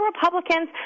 Republicans